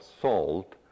salt